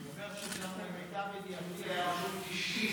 אני אומר ששם למיטב ידיעתי היה רשום 90,